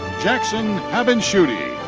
jackson habinshuti.